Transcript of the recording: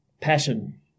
passion